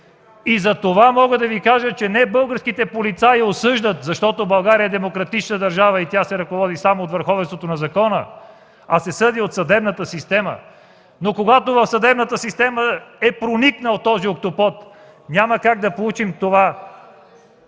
И затова мога да Ви кажа, че не българските полицаи осъждат, защото България е демократична държава и се ръководи само от върховенството на закона, а се съди от съдебната система! Но когато този октопод е проникнал в съдебната система, няма как да получим това